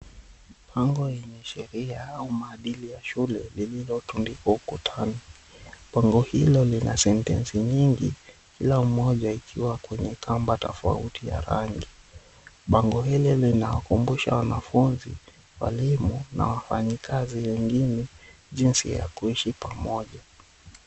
Bango lenye sheria au maadili ya shule lililotundikwa ukutani. Bango hilo lina sentensi nyingi kila moja ikiwa kwenye kamba tofauti ya rangi. Bango hili linawakumbusha wanafunzi, walimu na wafanyikazi wengine jinsi ya kuishi pamoja.